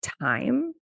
time